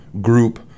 group